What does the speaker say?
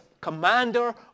commander